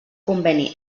conveni